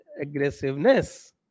aggressiveness